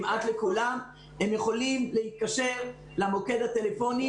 הם יכולים להתקשר למוקד הטלפוני.